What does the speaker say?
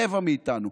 רבע מאיתנו,